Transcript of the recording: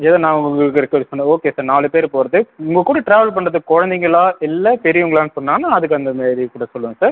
எதாது நான் உங்களுக்கு ரெக்யூர் பண்ணவா ஓகே சார் நாலு பெரு போகிறது உங்கள் கூட ட்ராவல் பண்ணுறது குழந்தைகளா இல்லை பெரியவங்களான்னு சொன்னால் நான் அதுக்கு அந்த மாதிரி கூட சொல்லுவேன் சார்